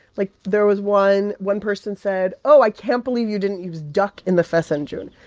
like, there was one one person said, oh, i can't believe you didn't use duck in the fesenjoon.